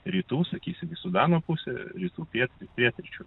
rytų sakysim į sudano pusę rytų piet pietryčių